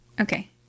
Okay